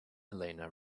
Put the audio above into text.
elena